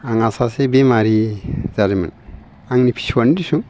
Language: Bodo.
आंहा सासे बेमारि जादोंमोन आंनि फिसौआनो दिसुन